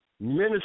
Minnesota